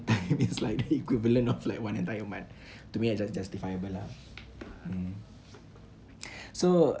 time is like the equivalent of like one entire month to me that's justifiable lah mm so